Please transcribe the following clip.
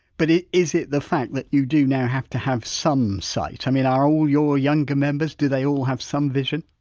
but is it the fact that you do now have to have some sight? i mean are all your younger members, do they all have some vision?